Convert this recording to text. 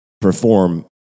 perform